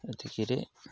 ଏତିକିରେ